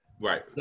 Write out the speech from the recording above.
Right